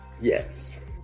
Yes